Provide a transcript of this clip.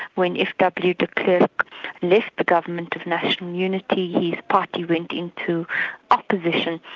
when f. w. de klerk left the government of national unity, his party went into opposition.